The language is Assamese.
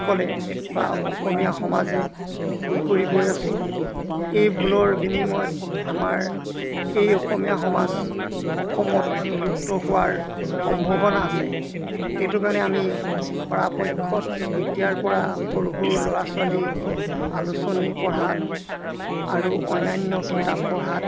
সকলে বা অসমীয়া সমাজে ভুল কৰি গৈ আছোঁ এই ভুলৰ বিনিময়ত আমাৰ এই অসমীয়া সমাজ অসমত লুপ্ত হোৱাৰ সম্ভাৱনা আছে সেইটো কাৰণে আমি পৰাপক্ষত এতিয়াৰ পৰা সৰু সৰু ল'ৰা ছোৱালীক আলোচনী পঢ়াত আৰু অন্যান্য কিতাপ পঢ়াত